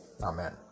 Amen